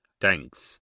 Thanks